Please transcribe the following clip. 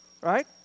Right